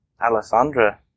Alessandra